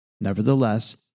Nevertheless